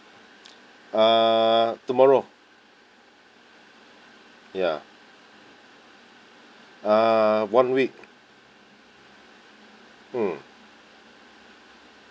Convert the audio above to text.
uh tomorrow ya uh one week mm